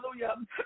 hallelujah